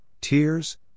tears